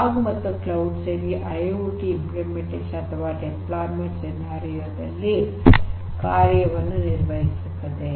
fog ಮತ್ತು cloud ಸೇರಿ IIoT ಅನುಷ್ಠಾನ ಅಥವಾ ನಿಯೋಜನೆ ಸನ್ನಿವೇಶದಲ್ಲಿ ಕಾರ್ಯವನ್ನು ನಿರ್ವಹಸುತ್ತವೆ